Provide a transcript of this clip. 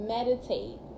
Meditate